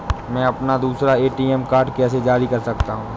मैं अपना दूसरा ए.टी.एम कार्ड कैसे जारी कर सकता हूँ?